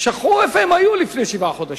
שכחו איפה הם היו לפני שבעה חודשים.